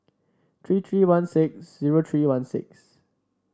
three three one six zero three one six